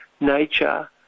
nature